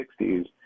1960s